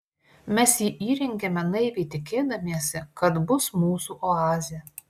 mes jį įrengėme naiviai tikėdamiesi kad bus mūsų oazė